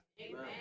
Amen